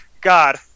god